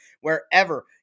wherever